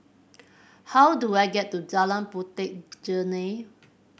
how do I get to Jalan Puteh Jerneh